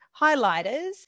highlighters